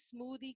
smoothie